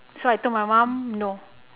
so I told my mom no